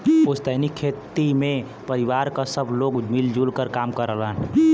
पुस्तैनी खेती में परिवार क सब लोग मिल जुल क काम करलन